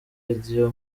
radio